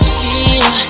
feel